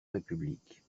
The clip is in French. république